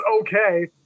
okay